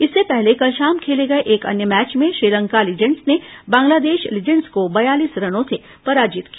इससे पहले कल शाम खेले गए एक अन्य मैच में श्रीलंका लीजेंड्स ने बांग्लोदश लीजेंड्स को बयालीस रनों से पराजित किया